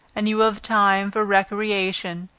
and you will have time for recreation,